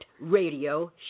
radio